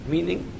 Meaning